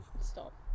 stop